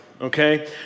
Okay